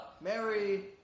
Mary